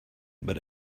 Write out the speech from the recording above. but